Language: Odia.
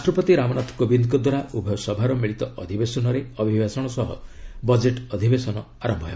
ରାଷ୍ଟପତି ରାମନାଥ କୋବିନ୍ଦଙ୍କ ଦ୍ୱାରା ଉଭୟ ସଭାର ମିଳିତ ଅଧିବେଶନରେ ଅଭିଭାଷଣ ସହ ବଜେଟ୍ ଅଧିବେଶନ ଆରମ୍ଭ ହେବ